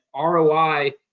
ROI